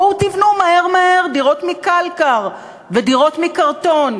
בואו תבנו מהר מהר דירות מקלקר ודירות מקרטון,